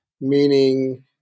meaning